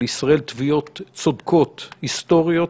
שלישראל תביעות צודקות היסטוריות,